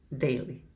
daily